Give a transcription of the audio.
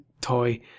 toy